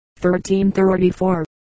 1334